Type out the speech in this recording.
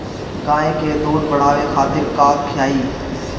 गाय के दूध बढ़ावे खातिर का खियायिं?